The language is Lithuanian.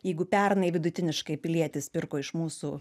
jeigu pernai vidutiniškai pilietis pirko iš mūsų